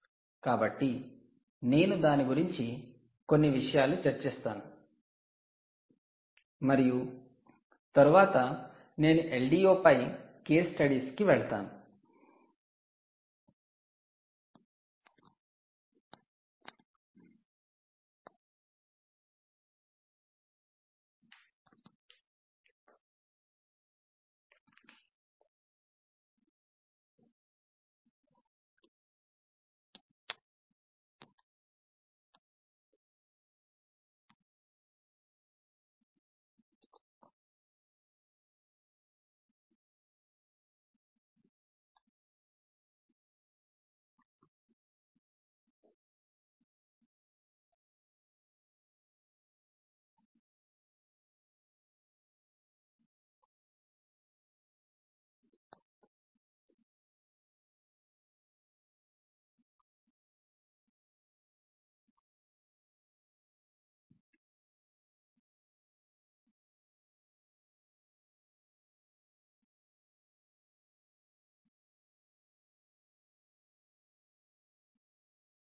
కాబట్టి నేను దాని గురించి కొన్ని విషయాలు చర్చిస్తాను మరియు తరువాత నేను LDO పై కేస్ స్టడీస్కు వెళ్తాను